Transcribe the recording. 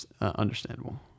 understandable